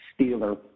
Steeler